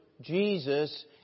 Jesus